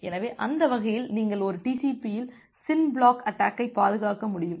எனவே அந்த வகையில் நீங்கள் ஒரு TCP இல் SYN பிளட் அட்டாக்கைப் பாதுகாக்க முடியும்